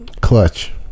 Clutch